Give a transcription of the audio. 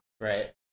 Right